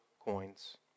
coins